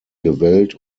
gewellt